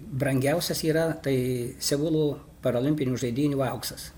brangiausias yra tai seulų parolimpinių žaidynių auksas